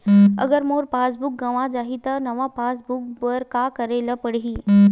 अगर मोर passbook गवां जाहि त नवा पास बुक बर का करे ल पड़हि?